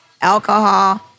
alcohol